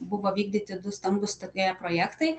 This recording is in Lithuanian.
buvo vykdyti du stambūs tokie projektai